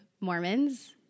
Mormons